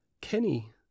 Kenny